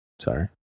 Sorry